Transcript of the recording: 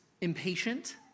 impatient